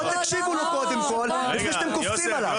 בואו תקשיבו לו קודם כול לפני שאתם קופצים עליו.